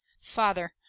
father